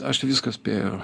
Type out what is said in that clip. aš viską spėju